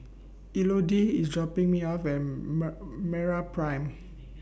Elodie IS dropping Me off At Meraprime